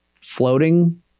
floating